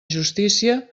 justícia